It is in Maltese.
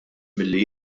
milli